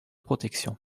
protection